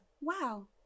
Wow